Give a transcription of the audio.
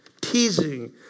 teasing